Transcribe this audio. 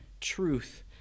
truth